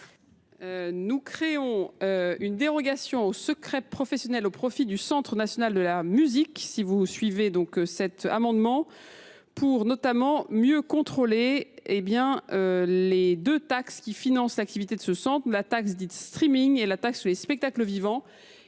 de créer une dérogation au secret professionnel au profit du Centre national de la musique (CNM). Cela permettra notamment de mieux contrôler les deux taxes qui financent l’activité de ce centre, la taxe dite et la taxe sur les spectacles vivants.